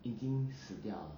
已经死掉了